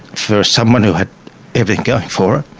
for someone who had everything going for